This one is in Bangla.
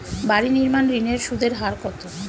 বাড়ি নির্মাণ ঋণের সুদের হার কত?